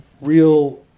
real